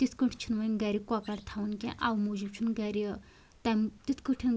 تِتھ کٲٹھۍ چھِنہٕ وۄنۍ گھرِ کۄکر تھاوان کیٚنٛہہ اَوٕ موٗجوٗب چھِنہٕ گھرِ تَمہِ تِتھ کٲٹھۍ